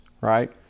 right